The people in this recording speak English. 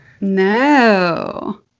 No